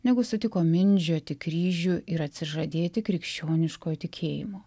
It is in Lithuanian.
negu sutiko mindžioti kryžių ir atsižadėti krikščioniško tikėjimo